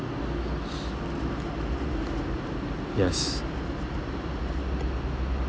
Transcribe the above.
yes